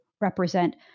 represent